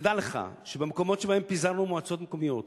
ותדע לך שבמקומות שבהם פיזרנו מועצות מקומיות,